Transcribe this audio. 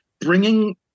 bringing